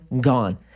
gone